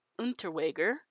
Unterweger